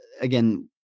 again